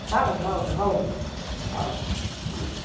ಹೌದು ಹೌದು ಹೌದು ಹೌದು ಹ್ಞೂ